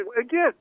Again